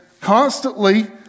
constantly